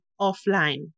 offline